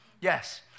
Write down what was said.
Yes